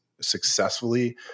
successfully